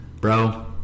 bro